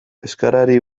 euskarari